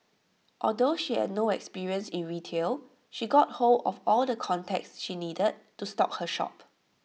although she had no experience in retail she got hold of all the contacts she needed to stock her shop